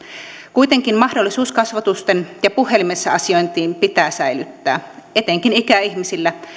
kuitenkin mahdollisuus kasvotusten ja puhelimessa asiointiin pitää säilyttää etenkin ikäihmisillä